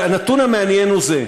הנתון המעניין הוא זה: